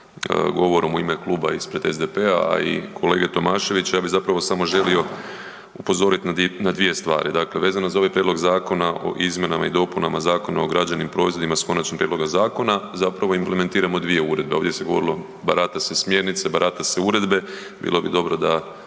govorom u ime kluba ispred SDP-a, a i kolege Tomaševića ja bi zapravo samo želio upozorit na dvije svari. Dakle, vezano za ovaj Prijedlog Zakona o izmjenama Zakona o građevnim proizvodima s konačnim prijedlog zakona zapravo implementiramo 2 uredbe. Ovdje se govorilo, barata se smjernice, barata se uredbe, bilo bi dobro da